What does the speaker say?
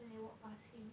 then they walk past him